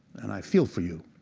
and i feel for you.